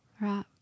Right